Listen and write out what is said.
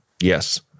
Yes